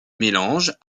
mélange